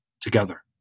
together